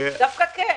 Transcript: דווקא כן.